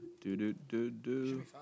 Do-do-do-do